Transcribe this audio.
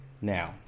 Now